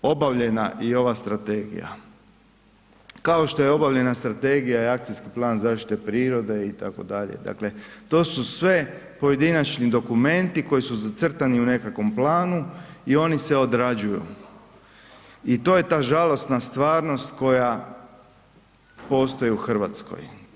Obavljena i ova Strategija, kao što je obavljena Strategija i akcijski plan zaštite prirode, itd., dakle to su sve pojedinačni dokumenti koji su zacrtani u nekakvom planu i oni se odrađuju i to je ta žalosna stvarnost koja postoji u Hrvatskoj.